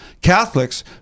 Catholics